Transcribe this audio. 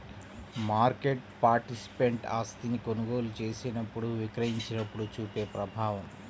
market participant ఆస్తిని కొనుగోలు చేసినప్పుడు, విక్రయించినప్పుడు చూపే ప్రభావం